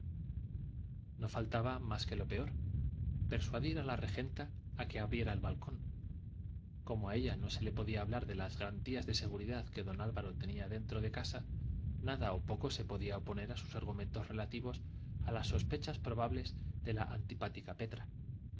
no faltaba más que lo peor persuadir a la regenta a que abriera el balcón como a ella no se le podía hablar de las garantías de seguridad que don álvaro tenía dentro de casa nada o poco se podía oponer a sus argumentos relativos a las sospechas probables de la antipática petra